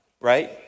Right